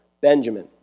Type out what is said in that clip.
Benjamin